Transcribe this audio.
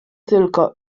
tylko